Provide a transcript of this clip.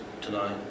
tonight